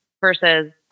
versus